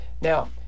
Now